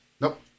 Nope